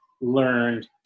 learned